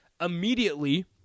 Immediately